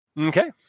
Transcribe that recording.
Okay